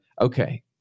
okay